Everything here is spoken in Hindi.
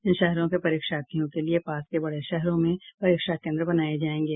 इन शहरों के परीक्षार्थियों के लिए पास के बड़े शहरों में परीक्षा कोन्द्र बनाये जायेंगे